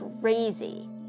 crazy